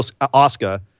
Oscar